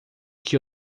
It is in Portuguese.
que